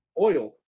oil